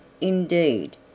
indeed